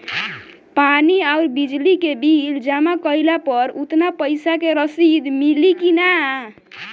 पानी आउरबिजली के बिल जमा कईला पर उतना पईसा के रसिद मिली की न?